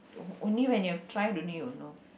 only when you've try only you'll know